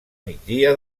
migdia